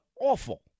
awful